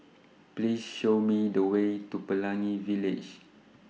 Please Show Me The Way to Pelangi Village